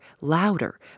louder